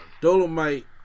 Dolomite